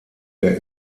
der